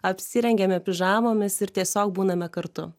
apsirengiame pižamomis ir tiesiog būname kartu